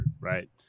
right